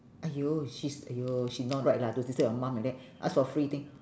!aiyo! she's !aiyo! she not right lah to disturb your mum like that ask for free thing